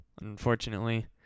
Unfortunately